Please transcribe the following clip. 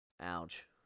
Ouch